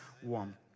one